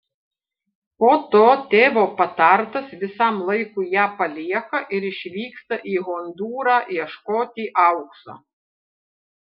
po to tėvo patartas visam laikui ją palieka ir išvyksta į hondūrą ieškoti aukso